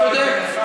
אתה צודק.